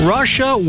Russia